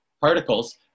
particles